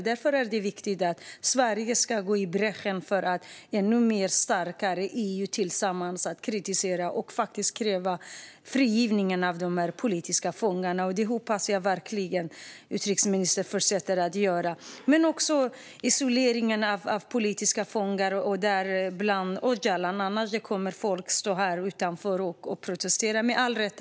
Det är därför viktigt att Sverige går i bräschen för att EU tillsammans ska kritisera ännu starkare och kräva frigivning av de politiska fångarna. Jag hoppas verkligen att utrikesministern fortsätter att göra detta när det gäller isoleringen av politiska fångar, däribland Öcalan. Annars kommer folk att stå här utanför och protestera, med all rätt.